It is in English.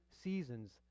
seasons